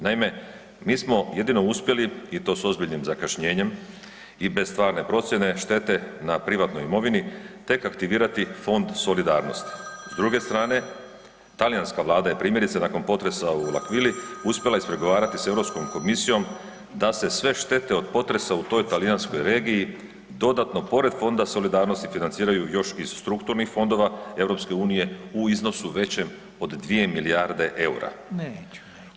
Naime, mi smo jedino uspjeli i to s ozbiljnim zakašnjenjem i bez stvarne procjene štete na privatnoj imovini tek aktivirati Fond solidarnosti, s druge strane talijanska vlada je primjerice nakon potresa u L'Aquili uspjela ispregovarati s Europskom komisijom da se sve štete od potresa u toj talijanskoj regiji dodatno pored Fonda solidarnosti financiraju još iz strukturnih fondova EU u iznosu većem od 2 milijarde EUR-a.